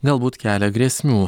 galbūt kelia grėsmių